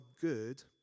good